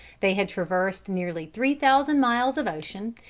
they had traversed nearly three thousand miles of ocean,